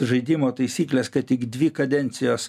žaidimo taisykles kad tik dvi kadencijos